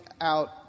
out